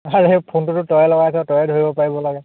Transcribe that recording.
আৰে ফোনটোতো তয়ে লগাইছ তয়ে ধৰিব পাৰিব লাগে